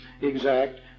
exact